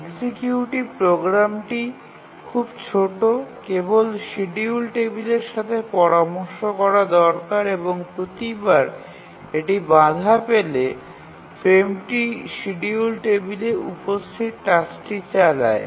executive প্রোগ্রামটি খুব ছোট কেবল শিডিউল টেবিলের সাথে এটাকে দেখা দরকার এবং প্রতিবার এটি বাধা পেলে ফ্রেমটি শিডিউল টেবিলে উপস্থিত টাস্কটি চালায়